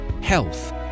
health